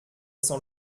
sent